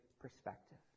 perspective